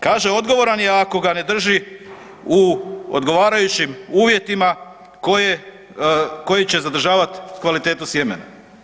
Kaže odgovoran je ako ga ne drži u odgovarajućim uvjetima koji će zadržavat kvalitetu sjemena.